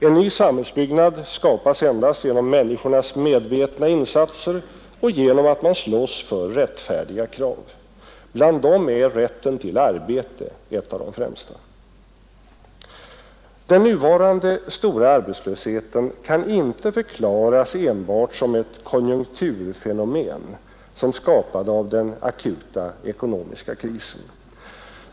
En ny samhällsbyggnad skapas endast genom människornas medvetna insatser och genom att man slåss för rättfärdiga krav. Bland dem är rätten till arbete ett av de främsta. Den nuvarande stora arbetslösheten kan inte förklaras enbart som ett konjunkturfenomen, som skapats av den akuta ekonomiska krisen.